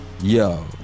Yo